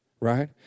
right